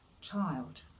child